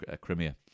Crimea